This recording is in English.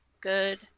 good